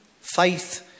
faith